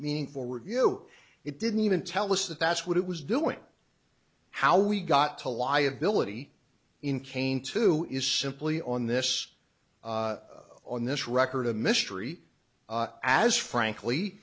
meaningful review it didn't even tell us that that's what it was doing how we got to liability in kane to is simply on this on this record a mystery as frankly